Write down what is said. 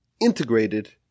integrated